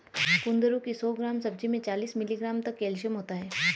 कुंदरू की सौ ग्राम सब्जी में चालीस मिलीग्राम तक कैल्शियम होता है